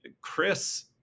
Chris